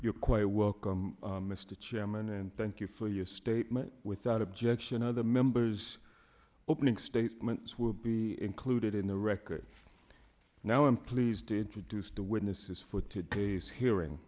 you're quite welcome mr chairman and thank you for your statement without objection other members opening statements will be included in the record now i'm pleased to introduce the witnesses for today's hearing